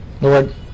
Lord